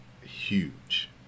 huge